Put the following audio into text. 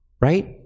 right